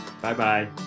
Bye-bye